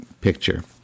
picture